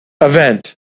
event